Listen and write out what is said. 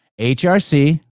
HRC